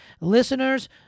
Listeners